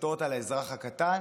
שמושתות על האזרח הקטן?